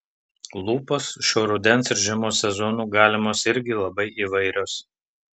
lūpos šiuo rudens ir žiemos sezonu galimos irgi labai įvairios